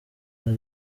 ari